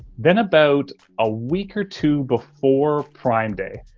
then about a week or two before prime day,